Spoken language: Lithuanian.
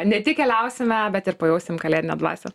ne tik keliausime bet ir pajausim kalėdinę dvasią